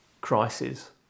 crisis